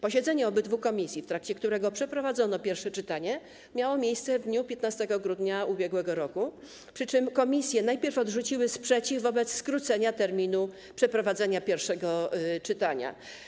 Posiedzenie obydwu komisji, w trakcie którego przeprowadzono pierwsze czytanie, miało miejsce w dniu 15 grudnia ub.r., przy czym komisje najpierw odrzuciły sprzeciw wobec skrócenia terminu przeprowadzenia pierwszego czytania.